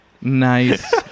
nice